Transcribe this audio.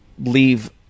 leave